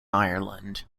ireland